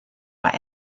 war